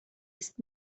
ist